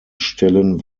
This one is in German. stellen